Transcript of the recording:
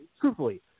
truthfully